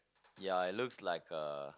ya it looks like a